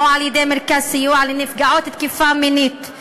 על-ידי מרכז סיוע לנפגעות תקיפה מינית,